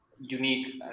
unique